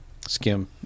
skim